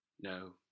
No